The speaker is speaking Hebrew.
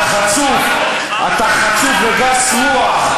אתה חצוף וגס רוח,